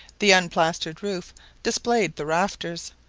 the unplastered roof displayed the rafters,